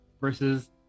versus